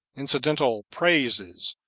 incidental praises,